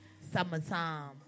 Summertime